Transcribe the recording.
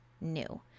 new